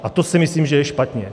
A to si myslím, že je špatně.